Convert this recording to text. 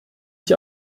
ich